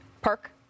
Perk